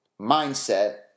mindset